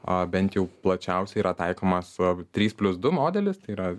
bent jau plačiausiai yra taikoma trys plius du modelis tai yra